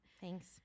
Thanks